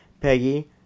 Peggy